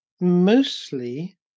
mostly